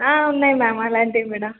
ఉన్నాయి మ్యామ్ అలాంటివి కూడా